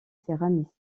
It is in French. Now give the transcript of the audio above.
céramiste